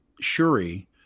Shuri